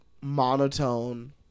monotone